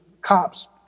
cops